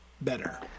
better